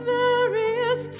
various